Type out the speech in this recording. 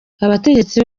abategetsi